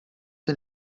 den